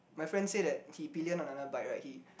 my friend say that he pillion another bike right he